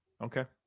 Okay